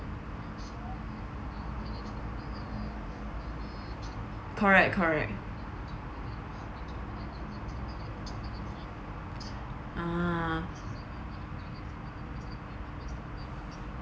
correct correct uh